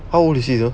how old is he ah